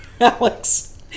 Alex